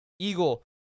eagle